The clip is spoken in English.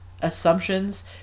assumptions